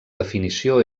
definició